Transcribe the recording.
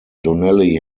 donnelly